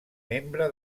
membre